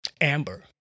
Amber